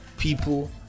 people